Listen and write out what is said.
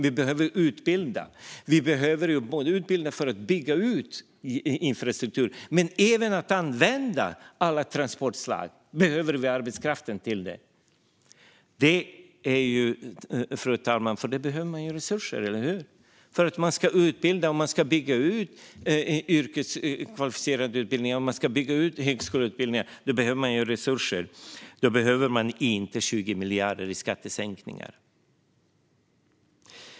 Vi behöver utbilda människor för att bygga ut infrastruktur, och vi behöver även arbetskraft för att använda alla transportslag. För det behövs resurser, fru talman. För att utbilda och bygga ut den kvalificerade yrkesutbildningen och högskoleutbildningar behöver man resurser. Då behöver man inte 20 miljarder i skattesänkningar.